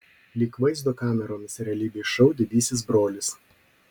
lyg vaizdo kameromis realybės šou didysis brolis